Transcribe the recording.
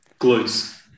Glutes